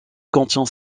contient